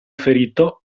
ferito